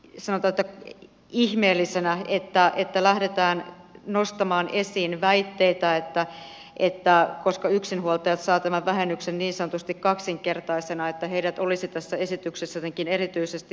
isän sanotaan ihmeellisenä sitä että lähdetään nostamaan väitteitä että koska yksinhuoltajat saavat tämän vähennyksen niin sanotusti kaksinkertaisena niin heidät olisi tässä esityksessä jotenkin erityisesti huomioitu